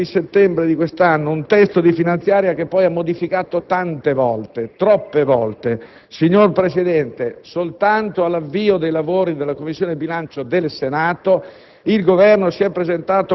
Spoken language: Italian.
approvando il 30 settembre di quest'anno un testo di finanziaria poi modificato tante, troppe volte. Signor Presidente, all'avvio dei lavori della Commissione bilancio del Senato